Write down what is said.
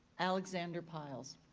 alexander pyles.